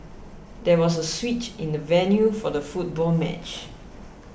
there was a switch in the venue for the football match